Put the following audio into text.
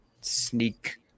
sneak